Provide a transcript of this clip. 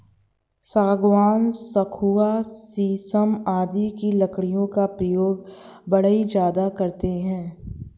सागवान, सखुआ शीशम आदि की लकड़ियों का प्रयोग बढ़ई ज्यादा करते हैं